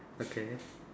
okay